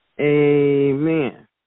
Amen